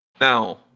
Now